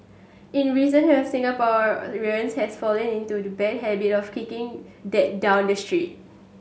in recent hear Singaporeans has fallen into the bad habit of kicking that down the street